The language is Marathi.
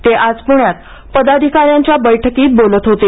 ते आज पुण्यात पदाधिकाऱ्यांच्या बैठकीत बोलत होते